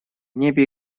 небе